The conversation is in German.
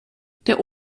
der